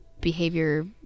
Behavior